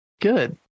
good